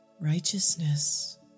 Righteousness